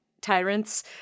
tyrants